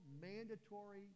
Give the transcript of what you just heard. mandatory